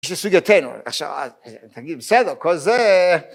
סוגייתנו, עכשיו תגיד, בסדר, כל זה